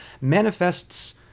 manifests